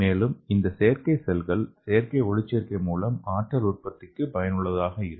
மேலும் இந்த செயற்கை செல்கள் செயற்கை ஒளிச்சேர்க்கை மூலம் ஆற்றல் உற்பத்திக்கு பயனுள்ளதாக இருக்கும்